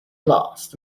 last